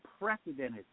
unprecedented